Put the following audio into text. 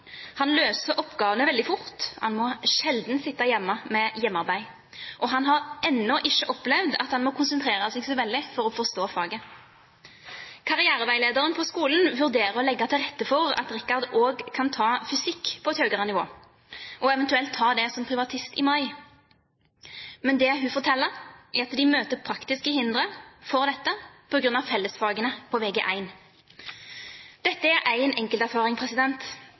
Han løser oppgavene veldig fort, han må sjelden sitte hjemme med hjemmearbeid. Han har enda ikke opplevd at han må konsentrere seg så veldig for å forstå faget. Karriereveilederen på skolen vurderer å legge til rette for at Richard også kan ta fysikk på et høyere nivå, og eventuelt ta det som privatist i mai. Men det hun forteller, er at de møter praktiske hindre for dette på grunn av fellesfagene på Vg1. Dette er én enkelterfaring,